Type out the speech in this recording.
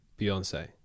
Beyonce